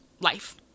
life